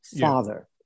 Father